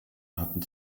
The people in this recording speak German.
hatten